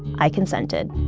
i consented.